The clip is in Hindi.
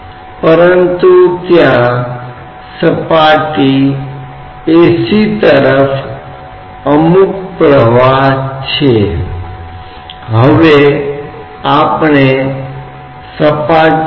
तो हम इस तरल पदार्थ के लिए इस तरह के समीकरण को लिखने की कोशिश करते हैं जो कि रुका हुआ है यह पर्याप्त गहराई का है